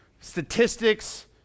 statistics